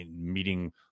meeting